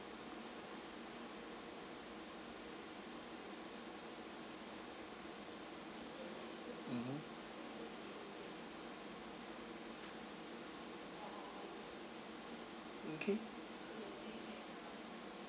mmhmm okay